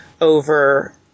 over